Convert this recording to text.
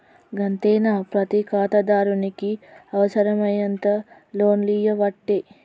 గంతేనా, ప్రతి ఖాతాదారునికి అవుసరమైతే లోన్లియ్యవట్టే